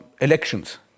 Elections